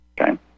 okay